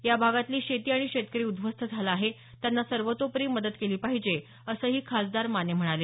या भागातली शेती आणि शेतकरी उध्वस्त झाला आहे त्यांना सर्वतोपरी मदत केली पाहिजे असंही खासदार माने म्हणाले